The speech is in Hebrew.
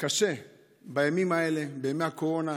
קשה בימים האלה, בימי הקורונה.